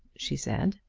she said.